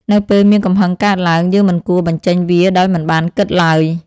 នៅពេលមានកំហឹងកើតឡើង យើងមិនគួរបញ្ចេញវាដោយមិនបានគិតឡើយ។